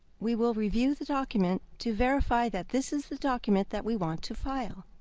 we will review the document to verify that this is the document that we want to file.